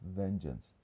vengeance